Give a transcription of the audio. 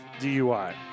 DUI